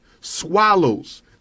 swallows